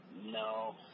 No